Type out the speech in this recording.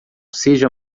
seja